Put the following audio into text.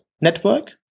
network